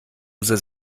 user